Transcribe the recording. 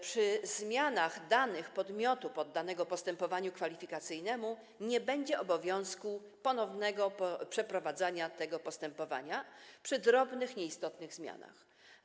Przy zmianach danych podmiotu poddanego postępowaniu kwalifikacyjnemu nie będzie obowiązku ponownego przeprowadzania tego postępowania w przypadku drobnych, nieistotnych zmian.